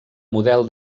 model